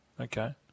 Okay